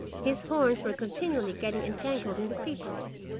his horns were continually getting entangled in the creepers.